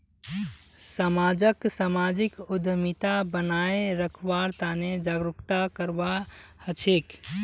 समाजक सामाजिक उद्यमिता बनाए रखवार तने जागरूकता करवा हछेक